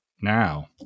now